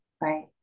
right